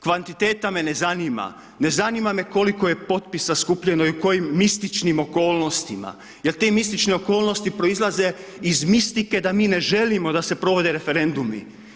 Kvantiteta me ne zanima, ne zanima me koliko je potpisa skupljeno i kojim mističnim okolnostima jer te mističke okolnosti proizlaze iz mistike da mi ne želimo da se provode referendumi.